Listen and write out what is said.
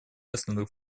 основных